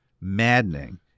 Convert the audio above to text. maddening